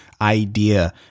idea